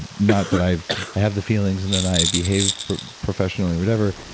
not that i've had the feelings and then i behave professionally, whatever.